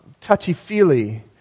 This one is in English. touchy-feely